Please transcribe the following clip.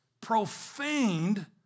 profaned